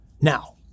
Now